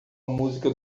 música